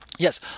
Yes